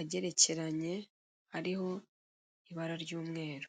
agerekeranye ariho ibara ry'umweru.